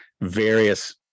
various